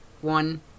one